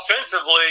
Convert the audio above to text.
Offensively